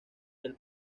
del